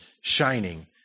shining